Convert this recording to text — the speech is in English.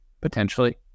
potentially